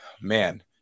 man